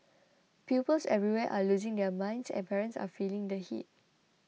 pupils everywhere are losing their minds and parents are feeling the heat